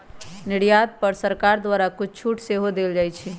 निर्यात पर सरकार द्वारा कुछ छूट सेहो देल जाइ छै